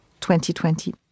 2020